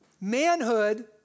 Manhood